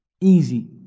Easy